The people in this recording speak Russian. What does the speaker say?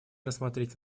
рассмотреть